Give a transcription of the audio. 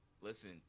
listen